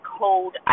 cold